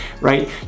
right